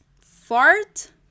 fart